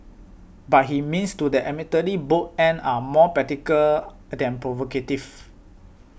but his means to that admittedly bold end are more practical than provocative